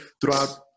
throughout